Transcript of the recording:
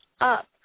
up